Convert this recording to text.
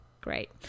Great